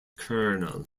colonel